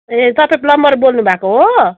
ए तपाईँ प्लम्बर बोल्नु भएको हो